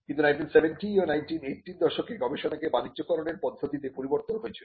কিন্তু 1970 ও 1980 র দশকে গবেষণাকে বাণিজ্যকরনের পদ্ধতিতে পরিবর্তন হয়েছিল